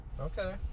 Okay